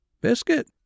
Biscuit